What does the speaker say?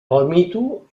palmito